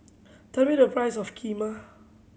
tell me the price of Kheema